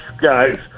guys